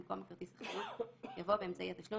במקום "בכרטיס החיוב" יבוא "באמצעי התשלום",